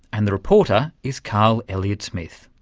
and the reporter is carl elliott smith.